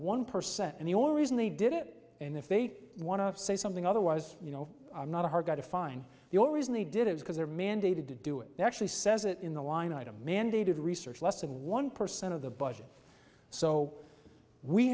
one percent and the only reason they did it and if they want to say something otherwise you know i'm not a hard guy to find the only reason they did it is because they're mandated to do it actually says it in the line item mandated research less than one percent of the budget so we